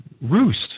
roost